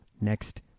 next